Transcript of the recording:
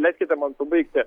leiskite man pabaigti